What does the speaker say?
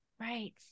right